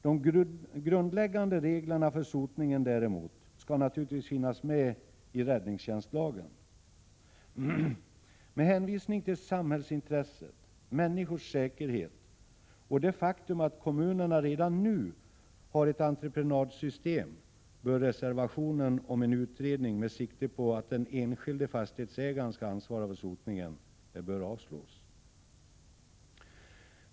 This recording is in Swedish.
De grundläggande reglerna för sotningen däremot skall naturligtvis finnas med i räddningstjänstlagen. Med hänvisning till samhällsintresset, människors säkerhet och det faktum att kommunerna redan nu har ett entreprenadsystem, bör reservationen om en utredning med sikte på att den enskilde fastighetsägaren skall ansvara för sotningen avslås.